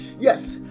yes